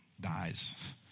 dies